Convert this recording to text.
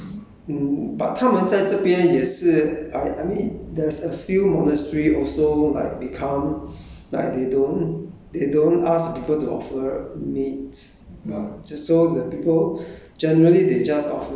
but 那些从泰国传进来的 um but 他们在这边也是 I I mean theres a few monastery also like become like they don't they don't ask people to offer meat